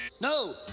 No